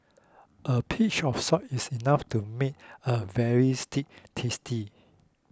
a pinch of salt is enough to make a very stew tasty